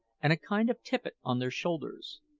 and a kind of tippet on their shoulders.